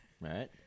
Right